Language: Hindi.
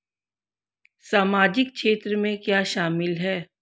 सामाजिक क्षेत्र में क्या शामिल है?